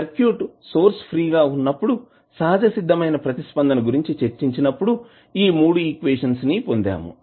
circuit source free గా వున్నప్పుడు సహజసిద్దమైన ప్రతిస్పందన గురించి చర్చించినప్పుడు ఈ మూడు ఈక్వేషన్స్ ని పొందాము